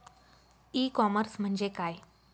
E commerce म्हणजे काय?